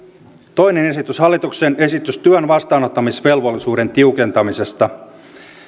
toinen esitys hallituksen esitys työn vastaanottamisvelvollisuuden tiukentamisesta